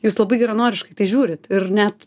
jūs labai geranoriškai į tai žiūrit ir net